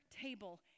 table